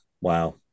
wow